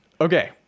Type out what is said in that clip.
Okay